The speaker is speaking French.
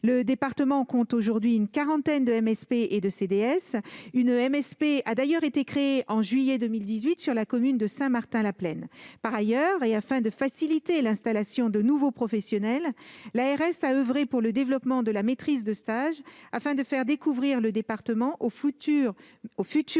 de la Loire compte aujourd'hui une quarantaine de MSP et de CDS. Une MSP a d'ailleurs été créée en juillet 2018 dans la commune de Saint-Martin-la-Plaine. Par ailleurs, et afin de faciliter l'installation de nouveaux professionnels, l'ARS a oeuvré pour le développement de la maîtrise de stage, afin de faire découvrir le département aux futurs